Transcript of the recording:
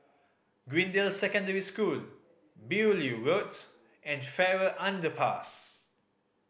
Greendale Secondary School Beaulieu Road and Farrer Underpass